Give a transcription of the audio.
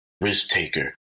risk-taker